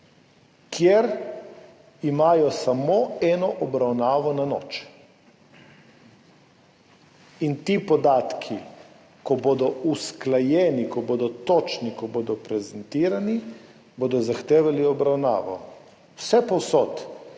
kjer imajo samo eno obravnavo na noč. Ti podatki, ko bodo usklajeni, ko bodo točni, ko bodo prezentirani, bodo zahtevali obravnavo. Vsepovsod,